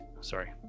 Sorry